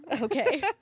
Okay